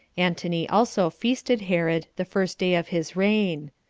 antony also feasted herod the first day of his reign.